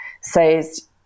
says